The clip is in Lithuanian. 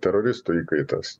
teroristų įkaitas